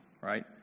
right